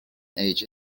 age